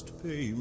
pay